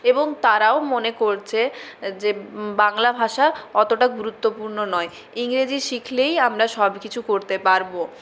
এবং তারাও মনে করছে যে বাংলা ভাষা অতটা গুরুত্বপূর্ণ নয় ইংরেজি শিখলেই আমরা সব কিছু করতে পারবো